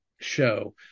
show